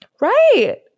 Right